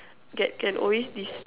that can always dis~